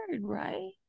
right